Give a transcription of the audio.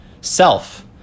self